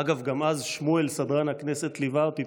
אגב, גם אז שמואל, סדרן הכנסת, ליווה אותי.